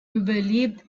überlebt